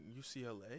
UCLA